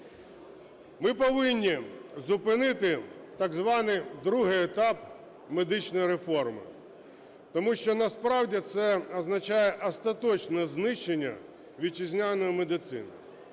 Ми повинні зупинити так званий другий етап медичної реформи, тому що насправді це означає остаточне знищення вітчизняної медицини.